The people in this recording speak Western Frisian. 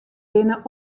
binne